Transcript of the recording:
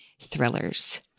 thrillers